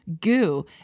goo